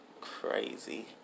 crazy